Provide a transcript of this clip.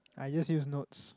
I use use notes